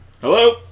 Hello